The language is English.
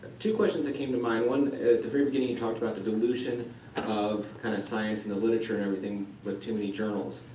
two questions that came to mind. one, at the very beginning you talked about the dilution of kind of science in the literature and everything with too many journals,